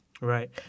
Right